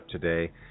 today